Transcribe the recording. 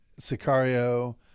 Sicario